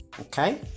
okay